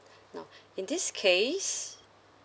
now in this case